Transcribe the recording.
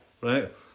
Right